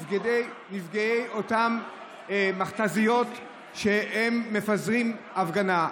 נפגעי אותן מכת"זיות שמפזרות הפגנה.